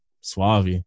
Suave